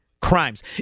crimes